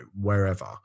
wherever